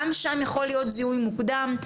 גם שם יכול להיות זיהוי מוקדם,